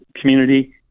community